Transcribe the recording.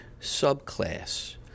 subclass